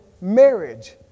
marriage